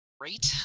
great